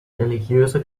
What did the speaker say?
religiöse